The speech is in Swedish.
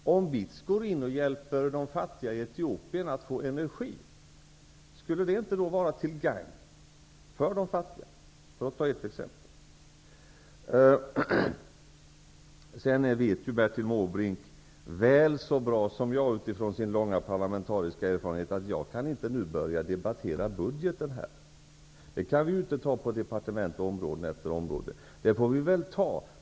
Låt mig t.ex. ställa frågan: Om BITS hjälper de fattiga i Etiopien att få energi, skulle det inte vara till gagn för de fattiga? Vidare vet ju Bertil Måbrink väl så bra som jag, utifrån sin långa parlamentariska erfarenhet, att jag inte nu kan börja diskutera budgeten här. Vi kan inte gå igenom områdena departement för departement.